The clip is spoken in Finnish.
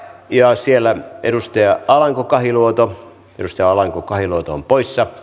ja siellä edusti a alanko kahiluoto pyysi alanko kahiluoto on poissa